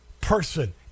person